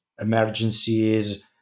emergencies